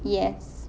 yes